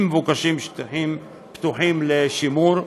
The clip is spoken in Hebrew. אם מבוקשים שטחים פתוחים לשימור,